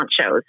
shows